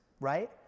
right